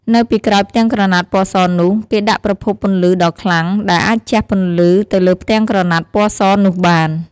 នៅពីក្រោយផ្ទាំងក្រណាត់ពណ៌សនោះ គេដាក់ប្រភពពន្លឺដ៏ខ្លាំង ដែលអាចជះពន្លឺទៅលើផ្ទាំងក្រណាត់ពណ៌សនោះបាន។